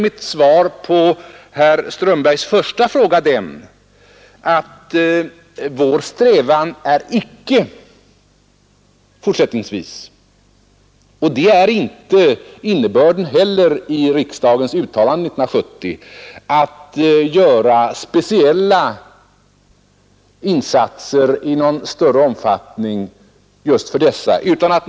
Mitt svar på herr Strömbergs första fråga blir därför att vår strävan fortsättningsvis icke är — detta är icke heller innebörden av riksdagens uttalande 1970 — att göra speciella insatser i någon större omfattning just för dessa personer.